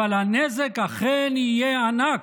אבל הנזק אכן יהיה ענק,